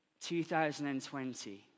2020